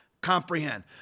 comprehend